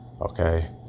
okay